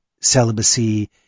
celibacy